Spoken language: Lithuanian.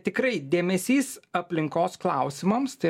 tikrai dėmesys aplinkos klausimams tai